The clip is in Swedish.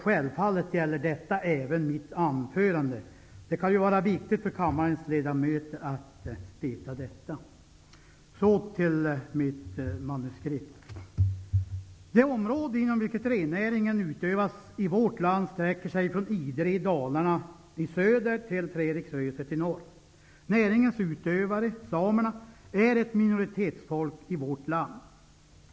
Självfallet gäller detta även mitt anförande. Det kan vara viktigt för kammarens ledamöter att veta detta. Det område inom vilket rennäringen utövas i vårt land sträcker sig från Idre i Dalarna i söder till Treriksröset i norr. Näringens utövare, samerna, är ett minoritetsfolk i vårt land.